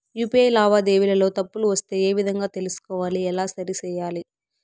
UPI లావాదేవీలలో తప్పులు వస్తే ఏ విధంగా తెలుసుకోవాలి? ఎలా సరిసేయాలి?